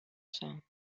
sound